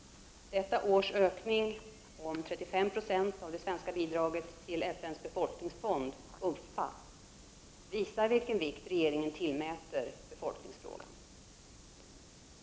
Detta års ökning om 3576 av det svenska bidraget till FN:s befolkningsfond, UNFPA, visar vilken vikt regeringen tillmäter befolkningsfrågan.